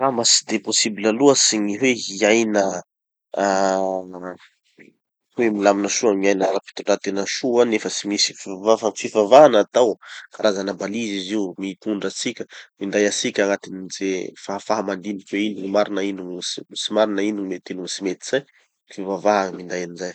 Angamba tsy de possible loatsy gny hoe hiaina ah hoe milamina soa miaina ara-pitondrantena soa nefa tsy misy gny fivavaha. Fa gny fivavaha natao, karazana balise izy io mitondra atsika minday atsika agnatin'ny ze fahafaha mandiniky hoe ino gny marina ino gn- gny tsy marina, ino gny mety amy tsy mety zay. Fivavaha gny minday anizay.